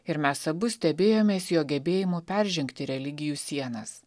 ir mes abu stebėjomės jo gebėjimu peržengti religijų sienas